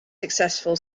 successful